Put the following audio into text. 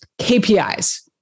KPIs